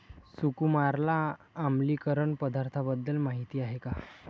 सुकुमारला आम्लीकरण पदार्थांबद्दल माहिती आहे का?